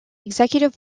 executive